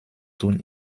tun